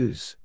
Use